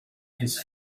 his